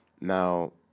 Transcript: Now